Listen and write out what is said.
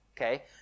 okay